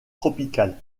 tropical